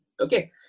Okay